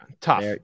tough